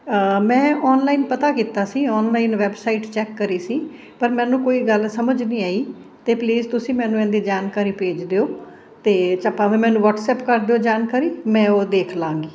ਮੈਂ ਆਨਲਾਈਨ ਪਤਾ ਕੀਤਾ ਸੀ ਆਨਲਾਈਨ ਵੈਬਸਾਈਟ ਚੈੱਕ ਕਰੀ ਸੀ ਪਰ ਮੈਨੂੰ ਕੋਈ ਗੱਲ ਸਮਝ ਨਹੀਂ ਆਈ ਅਤੇ ਪਲੀਸ ਤੁਸੀਂ ਮੈਨੂੰ ਇਹਦੀ ਜਾਣਕਾਰੀ ਭੇਜ ਦਿਓ ਤਾਂ ਜਾਂ ਭਾਵੇਂ ਮੈਨੂੰ ਵਟਸਅਪ ਕਰ ਦਿਓ ਜਾਣਕਾਰੀ ਮੈਂ ਉਹ ਦੇਖ ਲਵਾਂਗੀ